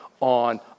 on